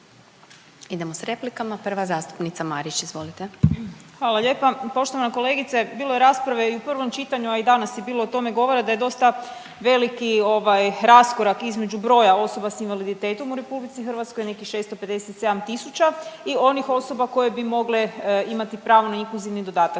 Idemo sa replikama. Prva zastupnica Marić, izvolite. **Marić, Andreja (SDP)** Hvala lijepa. Poštovana kolegice bilo je rasprave i u prvom čitanju, a i danas je bilo o tome govora da je dosta veliki raskorak između broja osoba sa invaliditetom u Republici Hrvatskoj, nekih 657000 i onih osoba koje bi mogle imati pravo na inkluzivni dodatak.